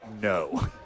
No